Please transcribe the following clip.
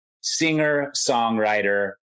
singer-songwriter